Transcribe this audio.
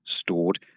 stored